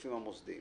הגופים המוסדיים